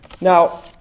Now